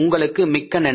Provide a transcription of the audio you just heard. உங்களுக்கு மிக்க நன்றி